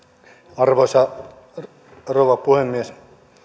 arvoisa rouva puhemies